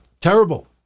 terrible